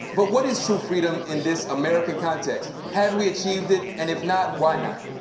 but what is true freedom in this american context? have we achieved it? and if not, why not?